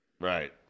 Right